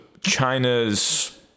China's